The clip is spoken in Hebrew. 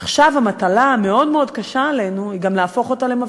עכשיו המטלה המאוד-מאוד קשה שלנו היא גם להפוך אותה למבטיחה.